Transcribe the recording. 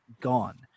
gone